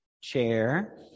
chair